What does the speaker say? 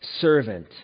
servant